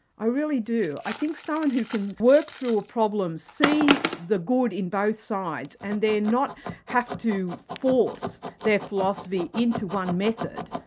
i really do. i think someone who can work through a problem, see the good in both sides and then not have to force their philosophy into one method,